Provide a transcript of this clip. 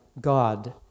God